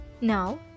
Now